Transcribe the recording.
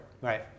right